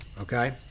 okay